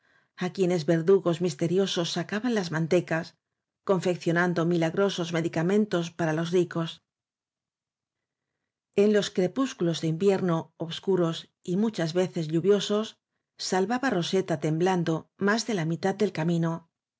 á quienes verdugos misteriosos sacaban las man tecas confeccionando milagrosos medicamen tos para los ricos en los crepúsculos de invierno obscuros y muchas veces lluviosos salvaba roseta tem blando más de la mitad del camino